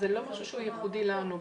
זה לא משהו שהוא ייחודי לנו.